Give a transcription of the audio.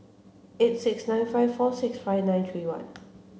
eight six nine five four six five nine three one